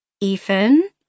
Ethan